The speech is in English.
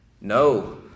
No